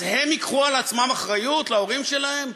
אז הם ייקחו על עצמם אחריות להורים שלהם,